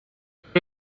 après